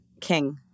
King